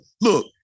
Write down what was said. Look